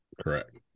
correct